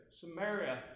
Samaria